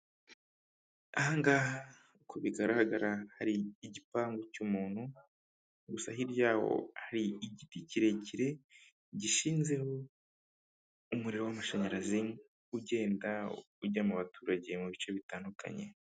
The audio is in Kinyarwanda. Aha ngaha uko bigaragara hari igipangu cy'umuntu, gusa hirya yaho hari igiti kirekire gishinzeho umuriro w'amashanyarazi ugenda ujya mu baturage mu bice bitandukanye.